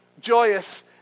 joyous